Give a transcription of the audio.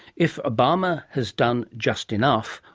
if obama has done just enough,